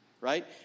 right